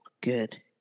Good